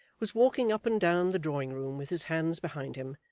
was walking up and down the drawing-room with his hands behind him,